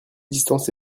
distance